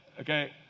Okay